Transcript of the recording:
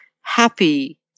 happy